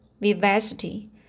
vivacity